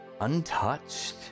untouched